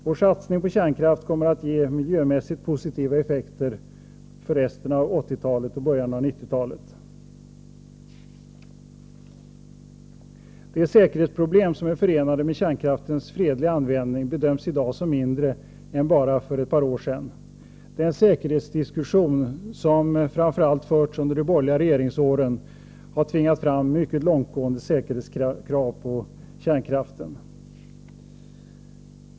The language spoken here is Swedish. Vår satsning på kärnkraft kommer att ge miljömässigt positiva effekter under resten av 1980-talet och början på 1990-talet. De säkerhetsproblem som är förenade med kärnkraftens fredliga användning bedöms i dag som mindre än för bara ett par år sedan. Den säkerhetsdiskussion som framför allt förts under de borgerliga regeringsåren, har tvingat fram mycket långtgående säkerhetskrav på kärnkraften.